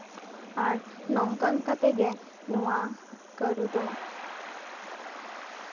ᱟᱨ ᱱᱚᱝᱠᱟ ᱱᱚᱝᱠᱟ ᱛᱮᱜᱮ ᱱᱚᱣᱟ ᱠᱟᱹᱨᱩ ᱫᱚ